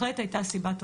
בהחלט הייתה סיבה טובה.